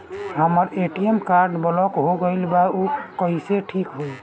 हमर ATM card block हो गईल बा ऊ कईसे ठिक होई?